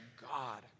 God